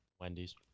Wendy's